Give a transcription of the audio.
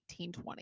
1820